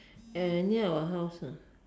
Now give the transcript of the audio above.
and near our house ah